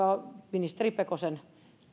ministeri pekosen